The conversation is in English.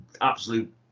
absolute